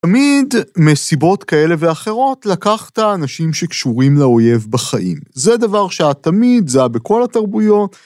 תמיד מסיבות כאלה ואחרות לקחת אנשים שקשורים לאויב בחיים. זה דבר שהיה תמיד, זה היה בכל התרבויות.